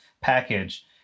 package